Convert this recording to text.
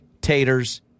taters